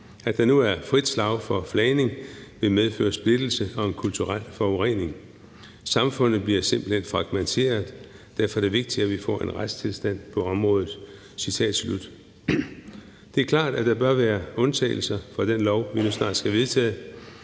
At der nu er der frit slag for flagning vil medføre splittelse og en kulturel forurening. Samfundet bliver simpelthen fragmenteret. Derfor er det vigtigt, at vi får en ny retstilstand på området.« Det er klart, at der bør være undtagelser fra den lov, vi nu snart skal vedtage.